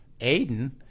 Aiden